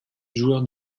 joueur